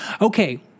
Okay